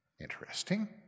Interesting